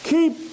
Keep